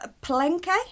Palenque